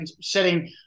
setting